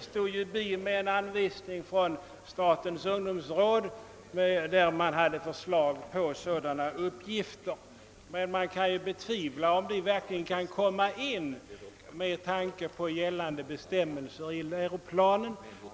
stod bi med en anvisning från statens ungdomsråd, 1 vilken man föreslog uppgifter av sådan karaktär. Men man kan med tanke på gällande bestämmelser i läroplanen betvivla att de uppgifterna verkligen kan komma i fråga.